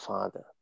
Father